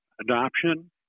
adoption